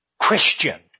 Christian